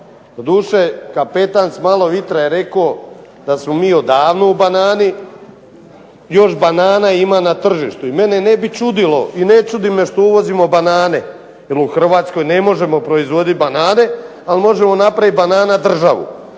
Doduše kapetan s malo vitra je rekao da smo mi odavno u banani, još banana ima na tržištu i mene ne bi čudilo i ne čudi me što uvozimo banane, u Hrvatskoj ne možemo proizvoditi banane, ali možemo napraviti banana državu.